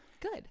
good